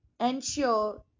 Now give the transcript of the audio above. ensure